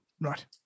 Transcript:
Right